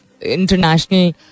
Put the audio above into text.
international